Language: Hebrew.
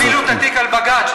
ואל תפילו את התיק על בג"ץ.